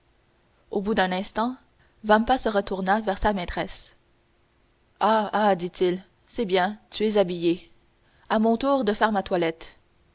au bout d'un instant vampa se retourna vers sa maîtresse ah ah dit-il c'est bien tu es habillée à mon tour de faire ma toilette